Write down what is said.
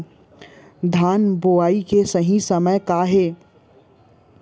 धान बोआई के सही समय का हे?